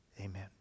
Amen